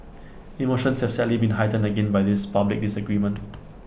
emotions have sadly been heightened again by this public disagreement